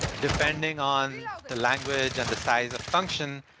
depending on the language and the size of function,